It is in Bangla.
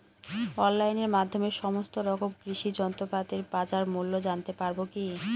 অনলাইনের মাধ্যমে সমস্ত রকম কৃষি যন্ত্রপাতির বাজার মূল্য জানতে পারবো কি?